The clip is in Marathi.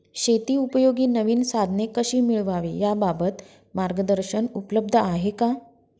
शेतीउपयोगी नवीन साधने कशी मिळवावी याबाबत मार्गदर्शन उपलब्ध आहे का?